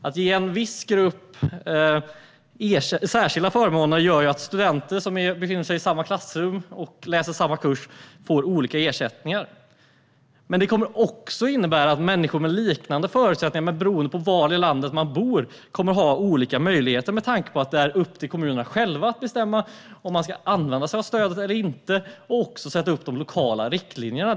Att ge en viss grupp särskilda förmåner gör ju att studenter som befinner sig i samma klassrum och läser samma kurs får olika ersättningar. Men det kommer också att innebära att människor med liknande förutsättningar, men beroende på var i landet man bor, kommer att ha olika möjligheter med tanke på att det är upp till kommunerna själva att bestämma om de ska använda sig av stödet eller inte och också att sätta upp de lokala riktlinjerna.